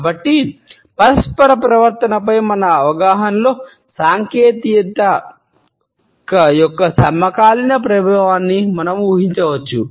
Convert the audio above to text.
కాబట్టి పరస్పర ప్రవర్తనపై మన అవగాహనలో సాంకేతికత యొక్క సమకాలీన ప్రభావాన్ని మనం ఊహించవచ్చు